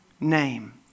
name